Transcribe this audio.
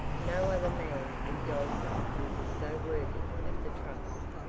no other man in dalton would be so worthy of the trust.